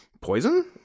poison